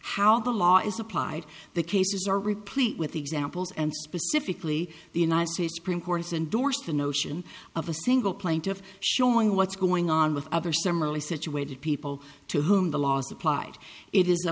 how the law is applied the cases are replete with examples and specifically the united states supreme court has endorsed the notion of a single plaintiff showing what's going on with other similarly situated people to whom the laws applied it is a